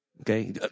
Okay